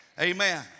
Amen